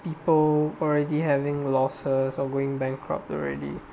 people already having losses or going bankrupt already